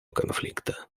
конфликта